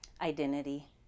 identity